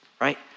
right